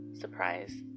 Surprise